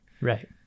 right